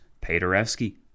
Paderewski